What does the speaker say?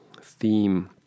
theme